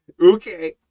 okay